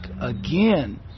again